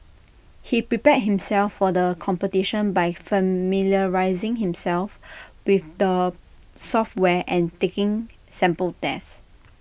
he prepared himself for the competition by familiarising himself with the software and taking sample tests